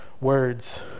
words